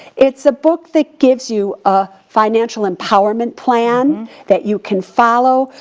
it's a book that gives you a financial empowerment plan that you can follow.